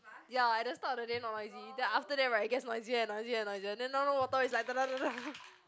ya at the start of the day not noisy then after that right it gets noisier and noisier and noisier then now no water then is like